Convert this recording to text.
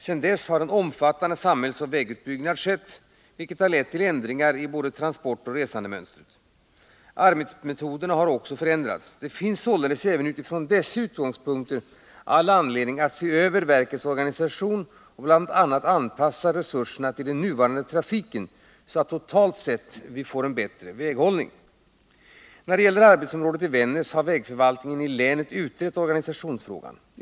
Sedan dess har en omfattande samhällsoch vägutbyggnad skett, vilket har lett till ändringar i transportoch resandemönstret. Arbetsmetoderna har också förändrats. Det finns således även utifrån dessa utgångspunkter all anledning att se över verkets organisation och bl.a. anpassa verkets resurser till den nuvarande trafiken så att totalt sett en bättre väghållning kan uppnås. När det gäller arbetsområdet i Vännäs har vägförvaltningen i länet utrett organisationsfrågan.